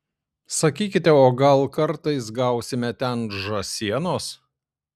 sakykite o gal kartais gausime ten žąsienos